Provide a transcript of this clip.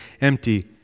empty